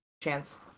chance